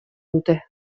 dute